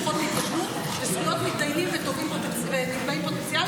וזכויות מתדיינים ונתבעים פוטנציאליים,